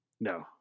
No